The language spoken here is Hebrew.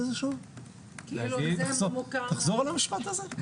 את כל המשפט הזה.